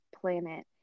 planet